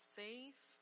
safe